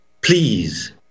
please